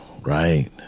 right